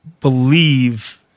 believe